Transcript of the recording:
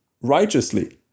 righteously